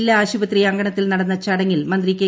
ജില്ലാ ആശുപത്രി അങ്ക്ണൂത്തിൽ നടന്ന ചടങ്ങിൽ മന്ത്രി കെ